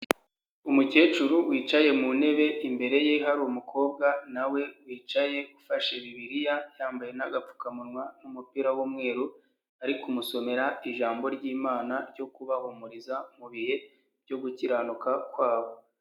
Umukecuru wicaye mu ntebe imbere ye hari umukobwa nawe wicaye ufashe Bibiliya yambaye n'agapfukamunwa n'umupira w'umweru, ari kumusomera ijambo ry'Imana ryo kubahumuriza mu bihe byo gukiranuka kwabo.